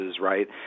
right